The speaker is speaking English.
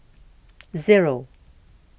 Zero